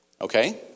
Okay